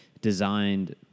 designed